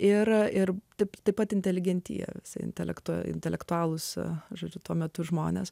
ir taip taip pat inteligentija intelektualai intelektualūs žodžiu tuo metu žmonės